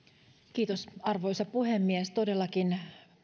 arvoisa puhemies todellakin